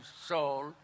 soul